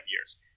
years